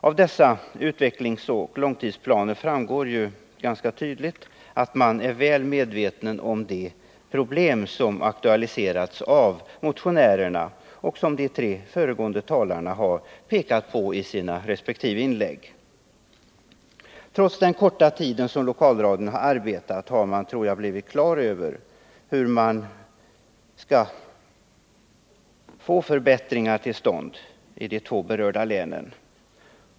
Av dessa planer framgår ganska tydligt att man är väl medveten om de problem som aktualiserats av motionärerna och som de tre föregående talarna pekat på i sina inlägg. Trots den korta tid som lokalradion arbetat har man, tror jag, blivit klar över hur man skall få förbättringar till stånd i de två berörda länen.